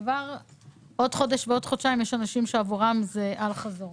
כבר בעוד חודש או חודשיים יש אנשים שעבורם זה אל-חזור.